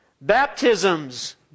Baptisms